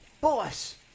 boss